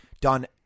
done